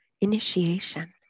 initiation